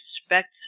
expect